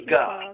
God